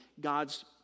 God's